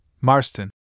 Marston